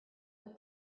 but